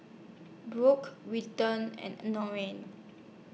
Brock Wilton and Nora